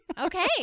Okay